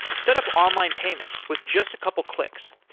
set up online payments with just a couple of clicks.